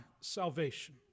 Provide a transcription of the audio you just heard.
salvation